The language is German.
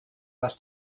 was